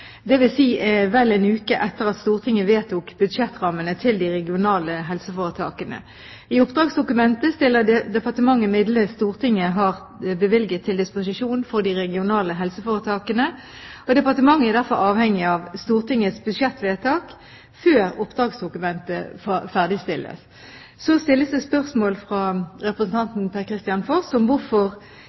– dvs. vel en uke etter at Stortinget vedtok budsjettrammene til de regionale helseforetakene. I oppdragsdokumentet stiller departementet de midlene Stortinget har bevilget, til disposisjon for de regionale helseforetakene. Departementet er derfor avhengig av Stortingets budsjettvedtak før oppdragsdokumentet ferdigstilles. Så stilles det spørsmål fra representanten Per-Kristian Foss om hvorfor